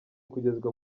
kugezwa